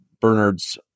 Bernard's